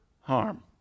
harm